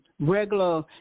regular